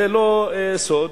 זה לא סוד,